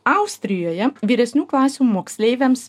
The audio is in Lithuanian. austrijoje vyresnių klasių moksleiviams